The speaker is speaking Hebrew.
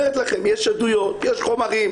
אומרת לכם יש עדויות, יש חומרים.